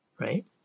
right